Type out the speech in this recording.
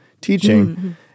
teaching